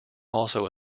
also